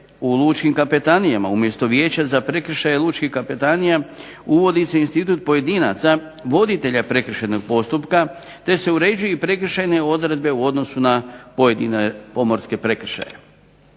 u lučkim kapetanijama umjesto vijeća za prekršaje lučkih kapetanija uvodi se institut pojedinaca voditelja prekršajnog postupka te se uređuju i prekršajne odredbe u odnosu na pojedine pomorske prekršaje.